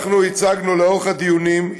הצגנו לאורך הדיונים,